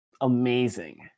amazing